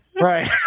Right